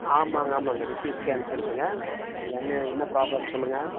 ஆ ஆமாங்க ஆமாங்க ரிஷி ஸ்கேன் சென்டருங்க என்ன என்ன ப்ராப்ளம்னு சொல்லுங்கள்